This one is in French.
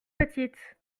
petite